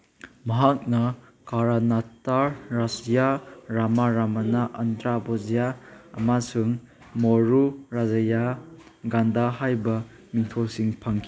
ꯃꯍꯥꯛꯅ ꯀꯔꯅꯥꯇꯥ ꯔꯥꯖ꯭ꯌ ꯔꯃꯥ ꯔꯥꯃꯥꯅ ꯑꯟꯙ꯭ꯔ ꯕꯨꯖꯤꯌꯥ ꯑꯃꯁꯨꯡ ꯃꯣꯔꯨ ꯔꯥꯖꯌꯥ ꯒꯟꯗꯥ ꯍꯥꯏꯕ ꯃꯤꯡꯊꯣꯜꯁꯤꯡ ꯐꯪꯈꯤ